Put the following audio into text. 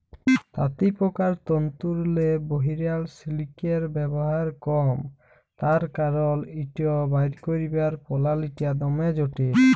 তাঁতিপকার তল্তুরলে বহিরাল সিলিকের ব্যাভার কম তার কারল ইট বাইর ক্যইরবার পলালিটা দমে জটিল